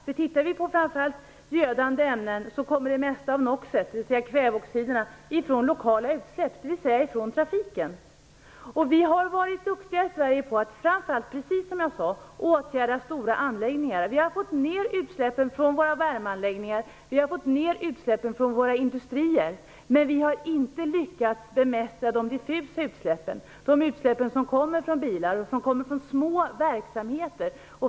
Om vi tittar på framför allt gödande ämnen finner vi att det mesta av nox, kväveoxiderna, kommer från lokala utsläpp, dvs. från trafiken. Vi har varit duktiga i Sverige på att åtgärda framför allt stora anläggningar. Vi har fått ner utsläppen från våra värmeanläggningar och våra industrier, men vi har inte lyckats bemästra de diffusa utsläppen, som kommer från bilar och från små verksamheter.